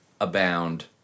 abound